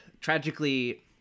tragically